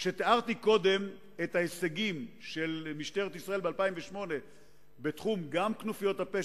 כשתיארתי קודם את ההישגים של משטרת ישראל ב-2008 גם בתחום כנופיות הפשע,